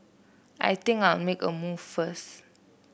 I think I'll make a move first